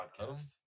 podcast